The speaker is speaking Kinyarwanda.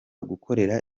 gukorera